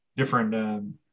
Different